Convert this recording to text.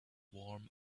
warm